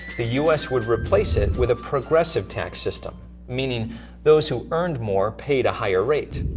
the u s. would replace it with a progressive tax system meaning those who earned more paid a higher rate.